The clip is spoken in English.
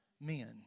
men